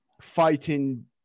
fighting